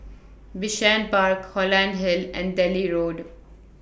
Bishan Park Holland Hill and daily Road